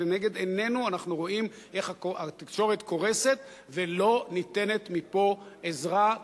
כשלנגד עינינו אנחנו רואים איך התקשורת קורסת ולא ניתנים מפה עזרה,